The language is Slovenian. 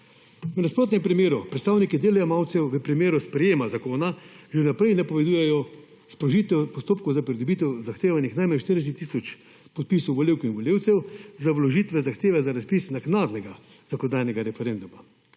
V nasprotnem primeru predstavniki delojemalcev v primeru sprejema zakona že v naprej napovedujejo sprožitev postopkov za pridobitev zahtevanih najmanj 40 tisoč podpisov volivk in volivcev za vložitve zahteve za razpis naknadnega zakonodajnega referenduma